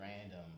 random